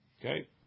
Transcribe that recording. okay